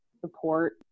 Support